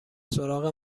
سراغ